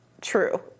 true